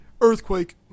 earthquake